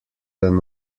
than